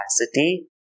capacity